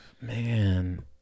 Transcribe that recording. Man